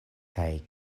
kaj